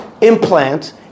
implant